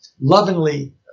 lovingly